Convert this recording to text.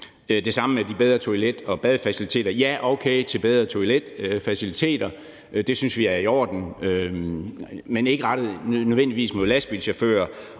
Det samme gælder de bedre toilet- og badefaciliteter. Ja, okay til bedre toiletfaciliteter; det synes vi er i orden, men ikke nødvendigvis rettet mod lastbilchauffører.